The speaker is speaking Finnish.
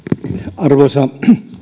arvoisa